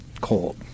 cold